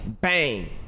Bang